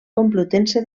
complutense